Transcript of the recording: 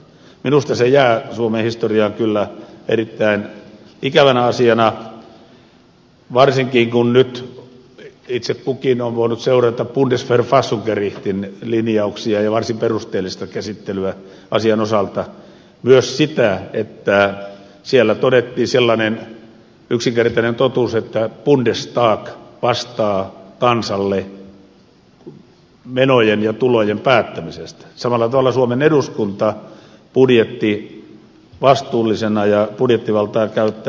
minusta se jää suomen historiaan kyllä erittäin ikävänä asiana varsinkin kun nyt itse kukin on voinut seurata bundesverfassungsgerichtin linjauksia ja varsin perusteellista käsittelyä asian osalta myös sitä että siellä todettiin sellainen yksinkertainen totuus että bundestag vastaa kansalle menojen ja tulojen päättämisestä samalla tavalla kuin suomen eduskunta budjettivastuullisena ja budjettivaltaa käyttävänä